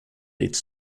its